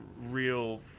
real